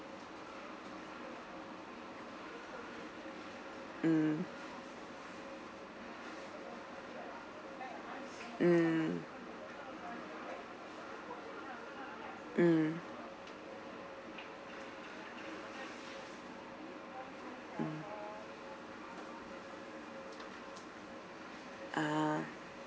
mm mm mm ah